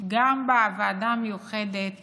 גם בוועדה המיוחדת